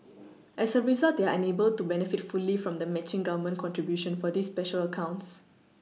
as a result they are unable to benefit fully from the matching Government contribution for these special accounts